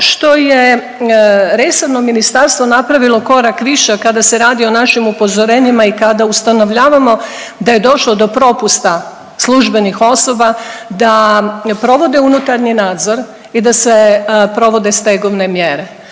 što je resorno ministarstvo napravilo korak više kada se radi o našim upozorenjima i kada ustanovljavamo da je došlo do propusta službenih osoba, da provode unutarnji nadzor i da se provode stegovne mjere